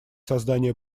создание